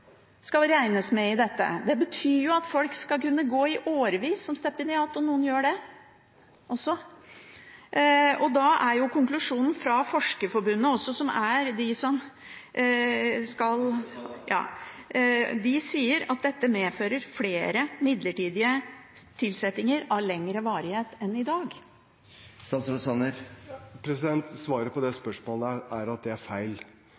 skal regnes med i dette. Det betyr at folk skal kunne gå i årevis som stipendiat – og noen gjør det også – og da er konklusjonen fra Forskerforbundet at dette medfører flere midlertidige tilsettinger av lengre varighet enn i dag. Svaret på det spørsmålet er at det er feil.